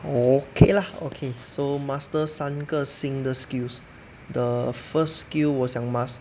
okay lah okay so master 三个新的 skills the first skill 我想 master